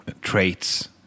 traits